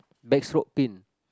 backstroke pin